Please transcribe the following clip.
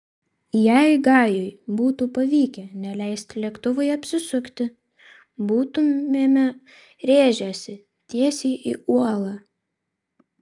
jei gajui būtų pavykę neleisti lėktuvui apsisukti būtumėme rėžęsi tiesiai į uolą